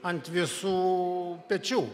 ant visų pečių